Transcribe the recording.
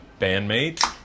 bandmate